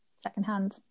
secondhand